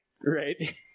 Right